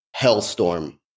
hellstorm